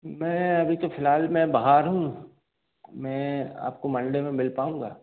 मैं अभी तो फिलहाल मैं बाहर हूँ मैं आपको मंडे में मिल पाऊँगा